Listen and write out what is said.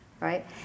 Right